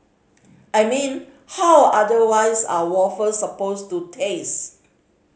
I mean how otherwise are waffles supposed to taste